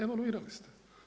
Evoluirali ste.